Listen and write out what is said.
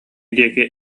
диэки